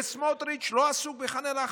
וסמוטריץ' לא עסוק בח'אן אל-אחמר.